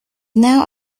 now